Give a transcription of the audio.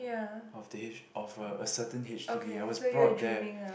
of the H of a a certain H_D_B I was brought there